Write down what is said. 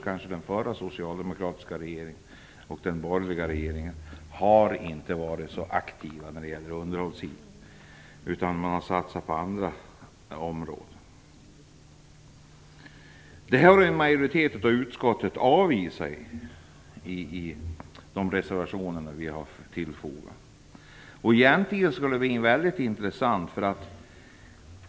Varken den förra socialdemokratiska regeringen eller den borgerliga regeringen har varit så aktiv när det gäller underhåll, utan man har satsat på andra områden. Utskottsmajoriteten har avvisat de reservationer vi har fogat till betänkandet.